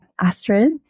Astrid